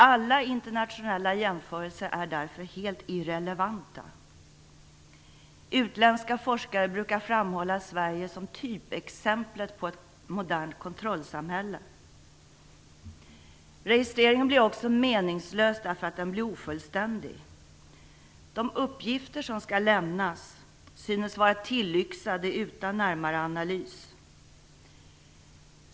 Alla internationella jämförelser är därför helt irrelevanta. Utländska forskare brukar framhålla Sverige som typexemplet på ett modernt kontrollsamhälle. Registreringen blir också meningslös därför att den blir ofullständig. De uppgifter som skall lämnas synes vara tillyxade utan närmare analys.